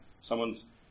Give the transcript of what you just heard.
Someone's